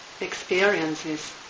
experiences